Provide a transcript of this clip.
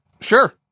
Sure